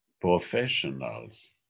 professionals